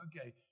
okay